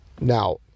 Now